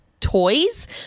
toys